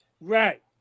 Right